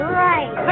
right